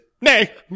Nay